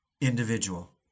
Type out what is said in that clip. individual